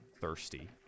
thirsty